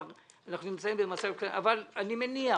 אבל אני מניח